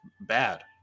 bad